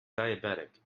diabetic